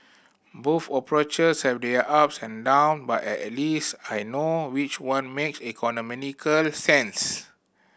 both approaches have their ups and down but at at least I know which one makes economical sense